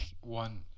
One